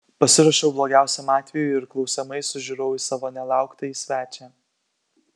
pasiruošiau blogiausiam atvejui ir klausiamai sužiurau į savo nelauktąjį svečią